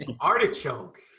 Artichoke